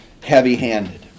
heavy-handed